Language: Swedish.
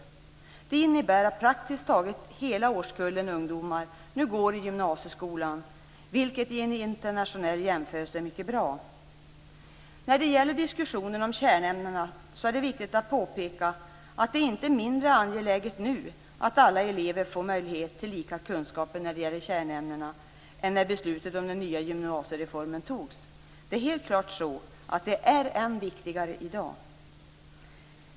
Det innebär att praktiskt taget hela årskullen ungdomar nu går i gymnasieskolan, vilket i en internationell jämförelse är mycket bra. I diskussionen om kärnämnena är det viktigt att påpeka att det inte är mindre angeläget nu att alla elever får möjlighet till lika kunskaper i kärnämnena än när beslutet om den nya gymnasiereformen fattades. Det är helt klart att det är än viktigare i dag.